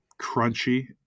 crunchy